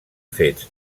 fets